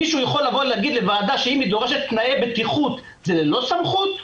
מישהו יכול להגיד לוועדה שאם היא דורשת תנאי בטיחות זה ללא סמכות?